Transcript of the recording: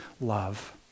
love